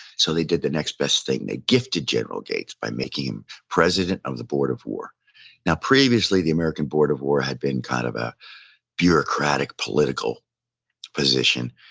so they did the next thing, they gifted general gates by making him president of the board of war now, previously the american board of war had been kind of a bureaucratic, political position.